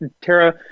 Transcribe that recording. Tara